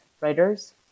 writers